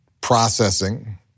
processing